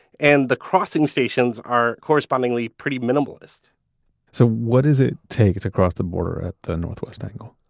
and the crossing stations are correspondingly pretty minimalist so what does it take to cross the border at the northwest angle?